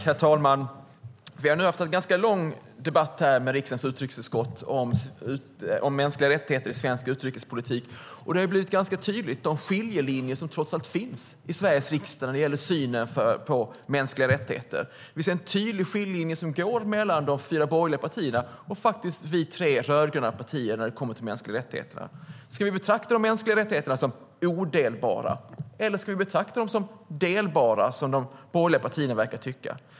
Herr talman! Vi i riksdagens utrikesutskott har nu haft en ganska lång debatt här om mänskliga rättigheter i svensk utrikespolitik. Och det har blivit ganska tydligt vilka skiljelinjer som trots allt finns i Sveriges riksdag när det gäller synen på mänskliga rättigheter. Vi ser en tydlig skiljelinje som går mellan de fyra borgerliga partierna och vi tre rödgröna partier när det kommer till de mänskliga rättigheterna. Ska vi betrakta de mänskliga rättigheterna som odelbara, eller ska vi betrakta dem som delbara, som de borgerliga partierna verkar tycka?